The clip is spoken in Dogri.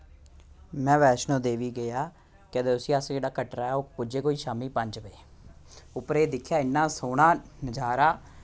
मै वैश्णो देवी गेआ केह् आखदे उसी अस जेह्ड़ा कटरा ऐ ओह् पुज्जे कोई शाम्मी पंज बजे उप्परै दिक्खेआ इन्ना सोह्ना नजारा